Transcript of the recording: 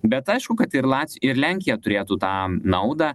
bet aišku kad ir lat ir lenkija turėtų tą naudą